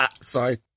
Sorry